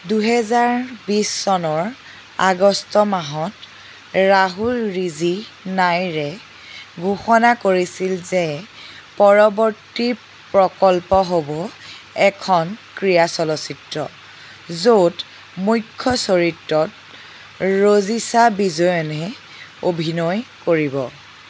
দুহেজাৰ বিছ চনৰ আগষ্ট মাহত ৰাহুল ৰিজি নাইৰে ঘোষণা কৰিছিল যে পৰৱৰ্তী প্ৰকল্প হ'ব এখন ক্ৰীড়া চলচ্চিত্ৰ য'ত মুখ্য চৰিত্ৰত ৰজিশা বিজয়নে অভিনয় কৰিব